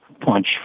Punch